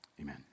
Amen